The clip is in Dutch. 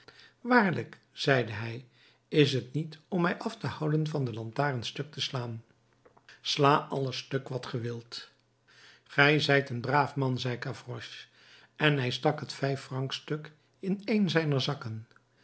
waarlijk zeide hij is t niet om mij af te houden van de lantaarns stuk te slaan sla alles stuk wat ge wilt ge zijt een braaf man zei gavroche en hij stak het vijffrancstuk in een zijner zakken